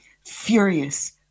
furious